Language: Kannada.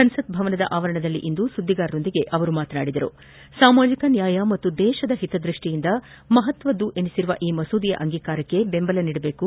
ಸಂಸತ್ ಭವನದ ಅವರಣದಲ್ಲಿಂದು ಸುದ್ದಿಗಾರರೊಂದಿಗೆ ಮಾತನಾಡಿದ ಅವರು ಸಾಮಾಜಿಕ ನ್ಯಾಯ ಹಾಗೂ ದೇಶದ ಹಿತದ್ವಷ್ಟಿಯಿಂದ ಮಹತ್ಸವೆನಿಸಿರುವ ಈ ಮಸೂದೆಯ ಅಂಗೀಕಾರಕ್ಕೆ ಬೆಂಬಲ ನೀಡಬೇಕು